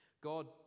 God